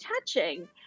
touching